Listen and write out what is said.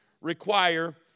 require